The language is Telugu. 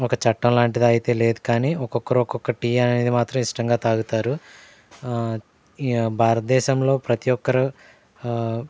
ఒక చట్టంలాంటిది అయితే లేదు కానీ ఒక్కొక్కరు ఒక్కొక్క టీ అనేది మాత్రం ఇష్టంగా తాగుతారు భారతదేశంలో ప్రతీ ఒక్కరూ